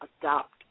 adopt